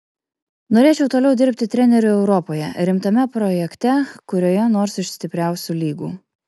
norėčiau toliau dirbti treneriu europoje rimtame projekte kurioje nors iš stipriausių lygų